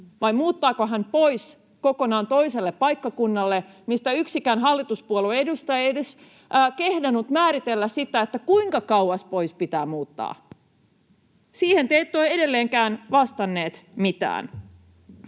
vai muuttaako hän pois kokonaan toiselle paikkakunnalle, mihin liittyen yksikään hallituspuolueen edustaja ei edes kehdannut määritellä sitä, kuinka kauas pois pitää muuttaa. Siihen te ette ole edelleenkään vastanneet mitään.